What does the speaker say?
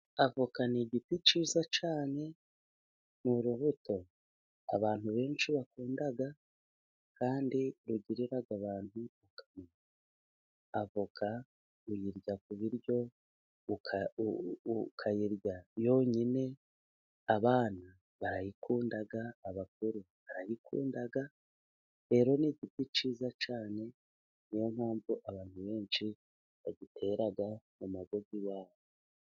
Avoka ni igiti cyiza cyane, ni urubuto abantu benshi bakunda kandi rugirira abantu akamaro. Avoka uyirya ku biryo, ukayirya yonyine, abana barayikunda, abakuru barayikunda. Rero ni igiti cyiza cyane niyo mpamvu abantu benshi bagitera mu ngo z'iwabo.